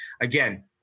again